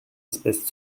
espèce